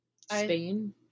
Spain